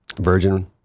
virgin